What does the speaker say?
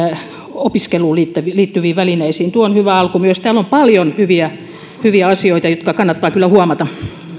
opiskeluun liittyviin liittyviin välineisiin myös tuo on hyvä alku täällä on paljon hyviä hyviä asioita jotka kannattaa kyllä huomata